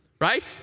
right